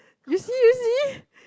you see you see